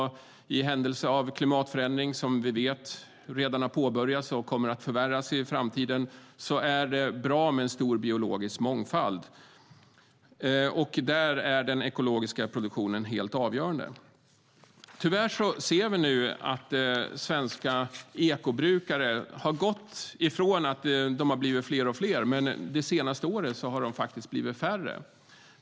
I händelse av en klimatförändring - som vi vet redan har påbörjats och kommer att förvärras i framtiden - är det bra med en stor biologisk mångfald. Där är den ekologiska produktionen helt avgörande. Tyvärr ser vi nu att utvecklingen för svenska ekobrukare har gått ifrån att de har blivit fler och fler. Under det senaste året har de faktiskt blivit färre.